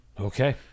okay